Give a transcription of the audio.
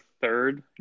third